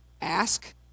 ask